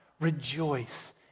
rejoice